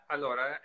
Allora